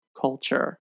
culture